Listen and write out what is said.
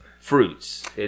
fruits